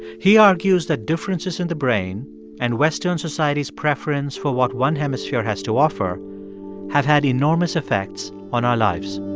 he argues that differences in the brain and western society's preference for what one hemisphere has to offer have had enormous effects on our lives